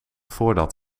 voordat